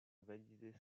valider